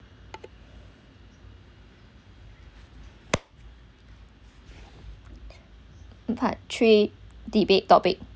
part three debate topic